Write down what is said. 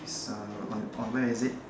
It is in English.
is uh on on where is it